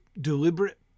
deliberate